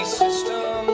system